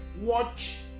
Watch